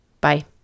Bye